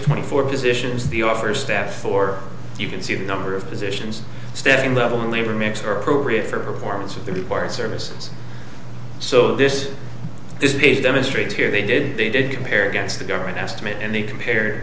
twenty four positions the offer staff or you can see the number of positions standing level only or mix are appropriate for performance of the required services so this is the demonstrate here they did they did compare against the government estimate and they compare